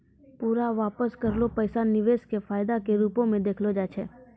पूरा वापस करलो पैसा निवेश के फायदा के रुपो मे देखलो जाय छै